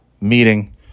meeting